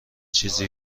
چیز